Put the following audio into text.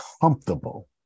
comfortable